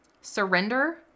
surrender